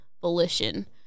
volition